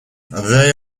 they